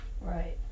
Right